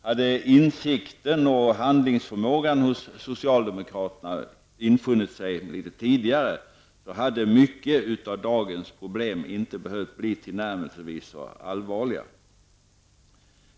Hade insikten och handlingsförmågan hos socialdemokraterna infunnit sig litet tidigare, så hade många av dagens problem inte behövt bli tillnärmelsevis så allvarliga.